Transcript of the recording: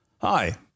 Hi